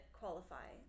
qualify